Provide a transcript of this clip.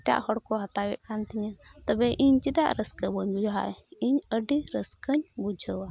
ᱮᱴᱟᱜ ᱦᱚᱲ ᱠᱚ ᱦᱟᱛᱟᱣᱮᱫ ᱠᱟᱱ ᱛᱤᱧᱟᱹ ᱛᱚᱵᱮ ᱤᱧ ᱪᱮᱫᱟᱜ ᱨᱟᱹᱥᱠᱟᱹ ᱵᱟᱹᱧ ᱵᱩᱡᱷᱟᱹᱣᱟ ᱤᱧ ᱟᱹᱰᱤ ᱨᱟᱹᱥᱠᱟᱹᱧ ᱵᱩᱡᱷᱟᱹᱣᱟ